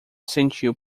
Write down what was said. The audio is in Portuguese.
sentiu